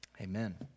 Amen